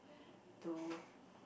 to